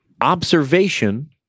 observation